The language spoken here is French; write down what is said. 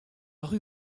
rue